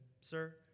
Sir